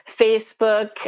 Facebook